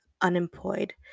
unemployed